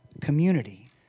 community